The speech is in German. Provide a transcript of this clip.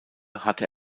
hatte